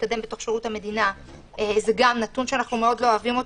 להתקדם בתוך שירות המדינה אנחנו מאוד לא אוהבים.